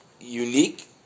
unique